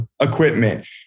equipment